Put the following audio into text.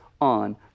on